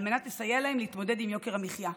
על מנת לסייע להם להתמודד עם יוקר המחיה.